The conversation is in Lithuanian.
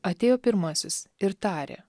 atėjo pirmasis ir tarė